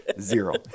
Zero